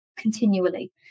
Continually